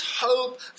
hope